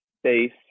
space